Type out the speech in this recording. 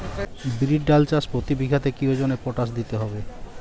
বিরির ডাল চাষ প্রতি বিঘাতে কি ওজনে পটাশ দিতে হবে?